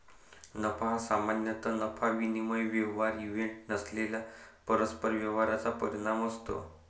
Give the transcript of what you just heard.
नफा हा सामान्यतः नफा विनिमय व्यवहार इव्हेंट नसलेल्या परस्पर व्यवहारांचा परिणाम असतो